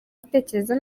gutekereza